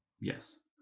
yes